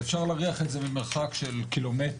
אפשר להריח את זה ממרחק של קילומטרים,